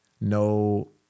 no